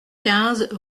quinze